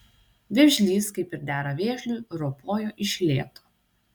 vėžlys kaip ir dera vėžliui ropojo iš lėto